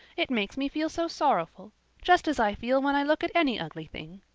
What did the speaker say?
it makes me feel so sorrowful just as i feel when i look at any ugly thing.